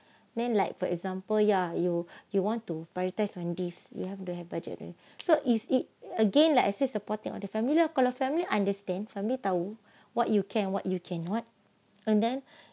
then like for example ya you you want to prioritise on this you have to have budget and so is it again like assist supporting the family lah kalau family understand family tahu what you can what you cannot and then